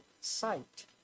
sight